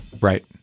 Right